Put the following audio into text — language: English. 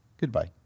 goodbye